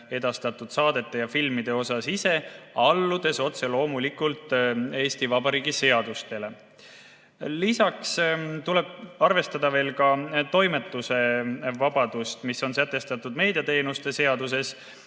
edastatud saadete ja filmide üle ise, alludes otse loomulikult Eesti Vabariigi seadustele. Lisaks tuleb arvestada toimetuse vabadust, mis on sätestatud meediateenuste seaduse